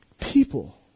People